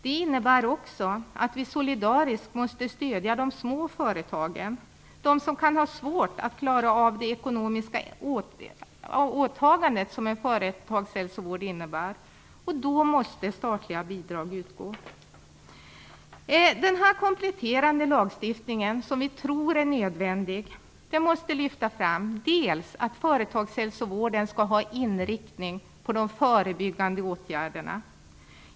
Det innebär också att vi solidariskt måste stödja de små företagen, som kan ha svårt att klara av det ekonomiska åtagande som en företagshälsovård innebär. Då måste statliga bidrag utgå. Den kompletterande lagstiftning som vi tror är nödvändig måste lyfta fram företagshälsovårdens inriktning mot de förebyggande åtgärderna.